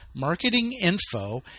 marketinginfo